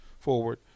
forward